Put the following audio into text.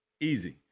Easy